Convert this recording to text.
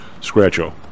scratch-o